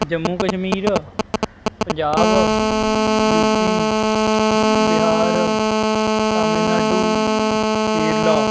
Jammu Kashmir Punjab UP Bihar Tamil Nadu Kerala